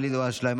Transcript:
ואליד אלהואשלה,